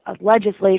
legislation